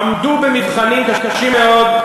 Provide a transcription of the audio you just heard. עמדו במבחנים קשים מאוד,